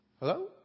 Hello